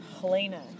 Helena